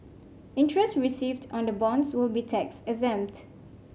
interest received on the bonds will be tax exempt